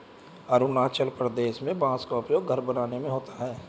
अरुणाचल प्रदेश में बांस का उपयोग घर बनाने में होता है